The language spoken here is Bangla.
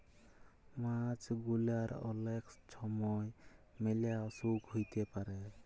মাছ গুলার অলেক ছময় ম্যালা অসুখ হ্যইতে পারে